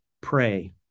pray